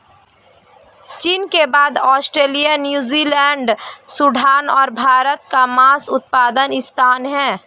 चीन के बाद ऑस्ट्रेलिया, न्यूजीलैंड, सूडान और भारत का मांस उत्पादन स्थान है